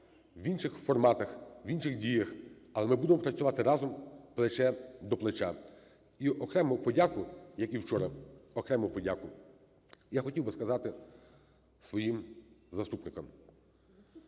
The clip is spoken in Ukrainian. в інших форматах, в інших діях, але ми будемо працювати разом плече до плеча. І окрему подяку, як і вчора, окрему подяку я хотів би сказати своїм заступникам